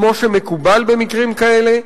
כמו שמקובל במקרים כאלה,